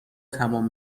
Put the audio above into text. تمام